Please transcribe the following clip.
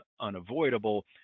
unavoidable